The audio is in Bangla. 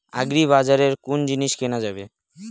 আগ্রিবাজারে কোন জিনিস কেনা যাবে?